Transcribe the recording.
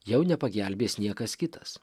jau nepagelbės niekas kitas